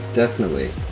definitely.